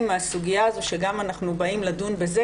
מהסוגיה הזו שגם אנחנו באים לדון בזה,